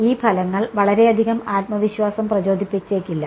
ഈ ഫലങ്ങൾ വളരെയധികം ആത്മവിശ്വാസം പ്രചോദിപ്പിച്ചേക്കില്ല